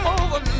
over